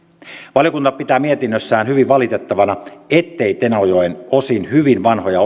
valiokunta pitää mietinnössään hyvin valitettavana ettei tenojoen osin hyvin vanhoja